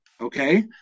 Okay